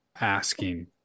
asking